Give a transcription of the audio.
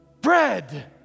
bread